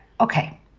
okay